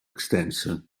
extensa